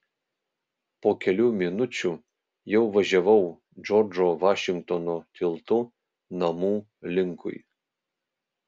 po kelių minučių jau važiavau džordžo vašingtono tiltu namų linkui